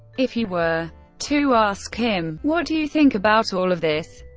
if you were to ask him, what do you think about all of this?